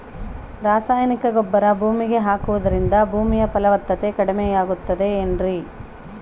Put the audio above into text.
ರಾಸಾಯನಿಕ ಗೊಬ್ಬರ ಭೂಮಿಗೆ ಹಾಕುವುದರಿಂದ ಭೂಮಿಯ ಫಲವತ್ತತೆ ಕಡಿಮೆಯಾಗುತ್ತದೆ ಏನ್ರಿ?